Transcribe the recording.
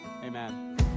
Amen